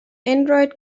android